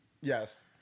Yes